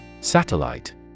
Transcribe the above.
Satellite